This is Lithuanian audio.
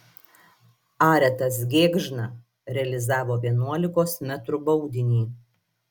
aretas gėgžna realizavo vienuolikos metrų baudinį